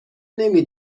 نمی